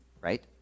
Right